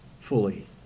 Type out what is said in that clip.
fully